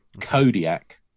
Kodiak